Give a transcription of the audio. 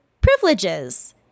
Privileges